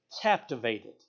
captivated